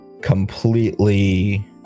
completely